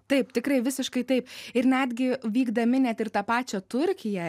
taip tikrai visiškai taip ir netgi vykdami net ir tą pačią turkiją